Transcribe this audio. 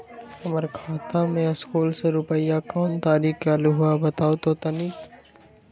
हमर खाता में सकलू से रूपया कोन तारीक के अलऊह बताहु त तनिक?